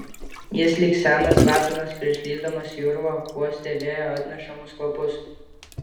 jis lyg senas lapinas prieš lįsdamas į urvą uostė vėjo atnešamus kvapus